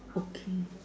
okay